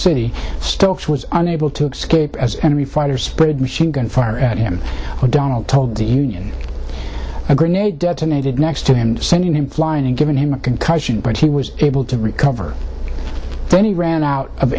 city stokes was unable to escape as enemy fighters spread machine gun fire at him donald told the union a grenade detonated next to him sending him flying and given him a concussion but he was able to recover then he ran out of